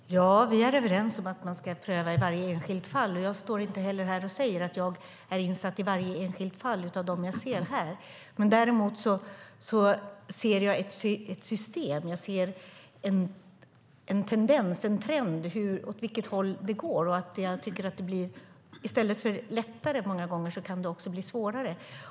Fru talman! Vi är överens om att man ska pröva i varje enskilt fall. Jag står inte heller här och säger att jag är insatt i varje enskilt fall av dem jag ser här. Däremot ser jag ett system. Jag ser en tendens, en trend för åt vilket håll det går. I stället för att bli lättare kan det många gånger bli svårare.